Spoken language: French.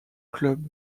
club